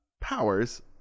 powers